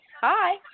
Hi